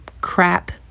crap